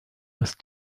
with